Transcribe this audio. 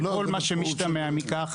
על כל מה שמשתמע מכך,